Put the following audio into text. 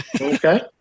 okay